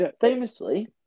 famously